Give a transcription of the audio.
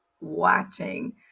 watching